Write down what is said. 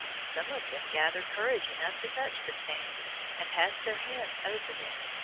some of them gathered courage enough to touch the spaniards and pass their hands over them,